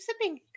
sipping